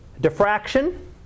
Diffraction